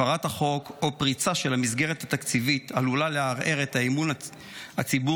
הפרת החוק או פריצה של המסגרת התקציבית עלולה לערער את אמון הציבור